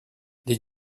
les